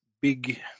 big